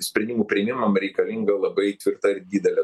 sprendimų priėmimam reikalinga labai tvirta ir didelė